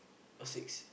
or sixth